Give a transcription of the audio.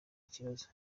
ikibazo